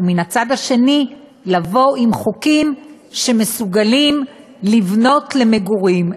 ומן הצד השני לבוא עם חוקים שמסוגלים לבנות למגורים.